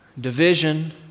Division